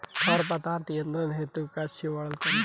खर पतवार नियंत्रण हेतु का छिड़काव करी?